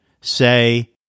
Say